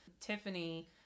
Tiffany